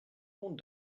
compte